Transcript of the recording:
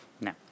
Now